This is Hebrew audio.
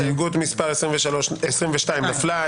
ההסתייגויות נפלו.